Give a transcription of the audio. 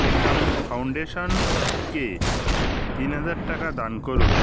Ekam foundation কে তিন হাজার টাকা দান করুন